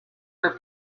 for